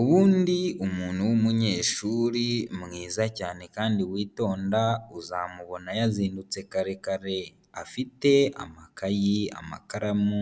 Ubundi umuntu w'umunyeshuri mwiza cyane kandi witonda, uzamubona yazindutse kare kare afite amakayi, amakaramu